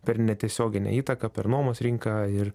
per netiesioginę įtaką per nuomos rinką ir